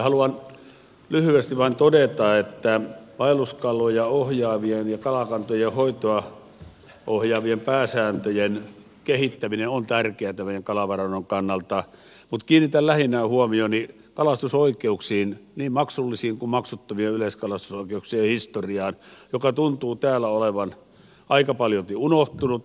haluan lyhyesti vain todeta että vaelluskaloja ohjaavien ja kalakantojen hoitoa ohjaavien pääsääntöjen kehittäminen on tärkeätä meidän kalavarantomme kannalta mutta kiinnitän lähinnä huomioni kalastusoikeuksiin niin maksullisien kuin maksuttomien yleiskalastusoikeuksien historiaan joka tuntuu täällä olevan aika paljolti unohtunut